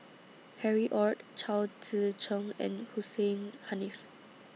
Harry ORD Chao Tzee Cheng and Hussein Haniff